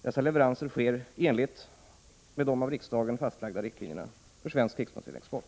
Dessa leveranser sker i enlighet med de av riksdagen fastlagda riktlinjerna för svensk krigsmaterielexport.